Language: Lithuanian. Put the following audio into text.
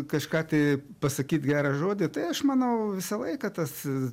kažką tai pasakyt gerą žodį tai aš manau visą laiką tas